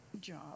job